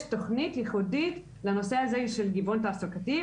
יש תכנית ייחודית לנושא הזה של גיוון תעסוקתי,